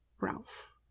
Ralph